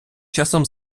часом